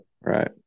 Right